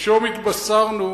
שלשום התבשרנו